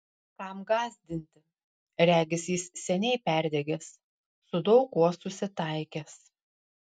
kam gąsdinti regis jis seniai perdegęs su daug kuo susitaikęs